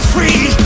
free